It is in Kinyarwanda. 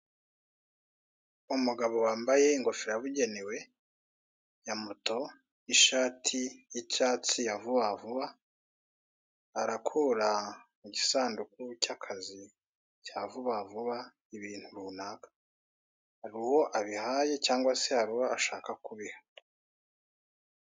Umugabo wambaye ingofero yabugenewe ya moto, nishati y'icyatsi ya vuba vuba, arakura mu gisanduku cy'akazi cya vuba vuba ibintu runaka, uwo abihaye cyangwa se hari uwo ashaka kubiha.